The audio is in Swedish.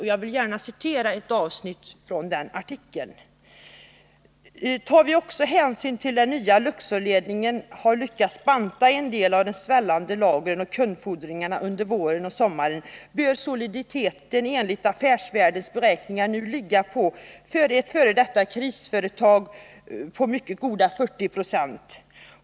Jag vill gärna citera ett avsnitt ur artikeln: ”Tar vi också hänsyn till att den nya Luxorledningen har lyckats banta en del av de svällande lagren och kundfordringarna under våren och sommaren, bör soliditeten enligt Affärsvärldens beräkningar nu ligga på för ett f d krisföretag mycket goda 40 96.